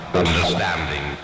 understanding